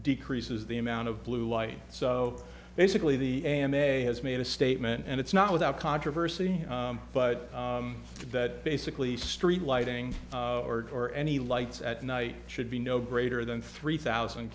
decreases the amount of blue light so basically the a m a has made a statement and it's not without controversy but that basically street lighting or any lights at night should be no greater than three thousand